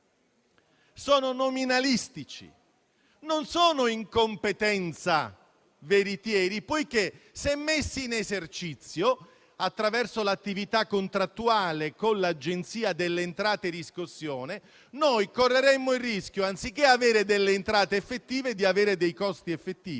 nominalistici, non sono in competenza veritieri poiché se messi in esercizio, attraverso l'attività contrattuale con l'Agenzia delle entrate-riscossione, noi correremmo il rischio di avere dei costi effettivi, anziché delle entrate effettive.